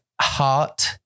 heart